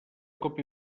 colp